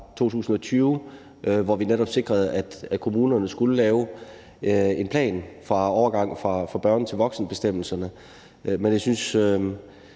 2020, hvor vi netop sikrede, at kommunerne skulle lave en plan for overgang fra børne- til voksenbestemmelserne. Men jeg synes,